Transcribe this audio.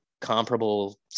comparable